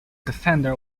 defender